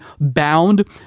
bound